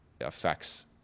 affects